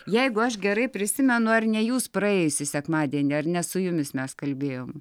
jeigu aš gerai prisimenu ar ne jūs praėjusį sekmadienį ar ne su jumis mes kalbėjom